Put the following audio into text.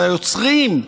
ליוצרים,